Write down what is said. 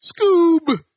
Scoob